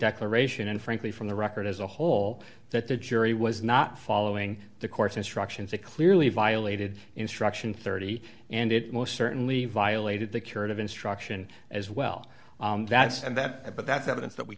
declaration and frankly from the record as a whole that the jury was not following the court's instructions it clearly violated instruction thirty and it most certainly violated the curative instruction as well that's and that but that's evidence that we